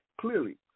clearly